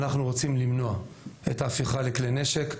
ואנחנו רוצים למנוע את ההפיכה לכלי נשק,